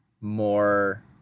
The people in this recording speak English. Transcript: more